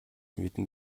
мэднэ